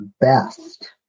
best